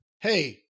hey